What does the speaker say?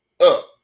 up